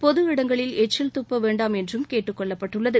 பொது இடங்களில் எச்சில் துப்ப வேண்டாம் என்றும் கேட்டுக் கொள்ளப்பட்டுள்ளது